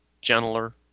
gentler